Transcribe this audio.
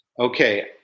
Okay